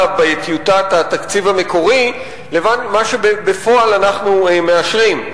בטיוטת התקציב המקורי לבין מה שבפועל אנחנו מאשרים.